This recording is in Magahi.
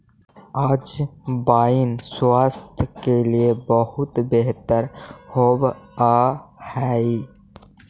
अजवाइन स्वास्थ्य के लिए बहुत बेहतर होवअ हई